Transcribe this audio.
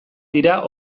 dira